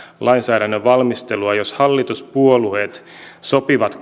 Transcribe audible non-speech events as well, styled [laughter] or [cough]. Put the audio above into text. lainsäädännön valmistelua jos hallituspuolueet sopivat [unintelligible]